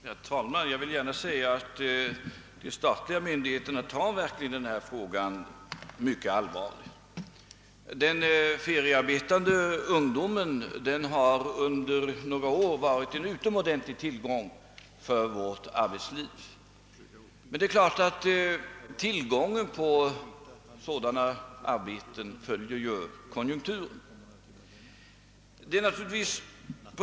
Herr talman! Jag vill gärna säga att de statliga myndigheterna ser verkligen mycket allvarligt på denna fråga. Den feriearbetande ungdomen har under några år varit en utomordentlig tillgång för vårt arbetsliv. Det är emellertid klart att tillgången på sådana arbeten följer konjunkturen.